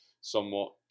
somewhat